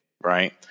right